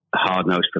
hard-nosed